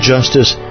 Justice